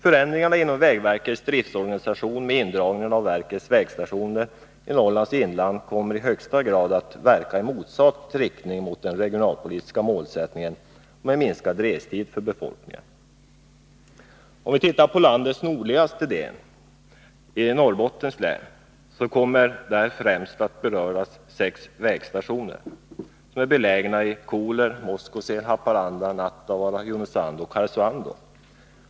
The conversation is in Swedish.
Förändringarna inom vägverkets driftsorganisation med indragningar av verkets vägstationer i Norrlands inland kommer i högsta grad att verka i motsatt riktning mot den regionalpolitiska målsättningen om minskad restid för befolkningen. I landets nordligaste del, Norrbottens län, berörs främst sex vägstationer, som är belägna i Koler, Moskosel, Haparanda, Nattavaara, Junosuando och Karesuando.